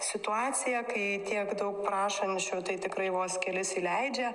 situacija kai tiek daug prašančių tai tikrai vos kelis įleidžia